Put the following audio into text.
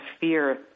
fear